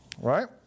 right